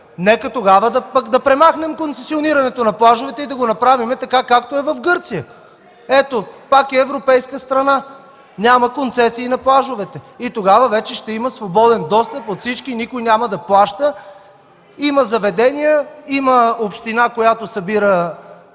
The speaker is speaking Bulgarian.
тогава да премахнем концесионирането на плажовете и да го направим така, както е в Гърция. Пак е европейска страна, няма концесии на плажовете. И тогава вече ще има свободен достъп от всички, никой няма да плаща. Има заведения, има община, която събира